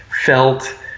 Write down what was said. felt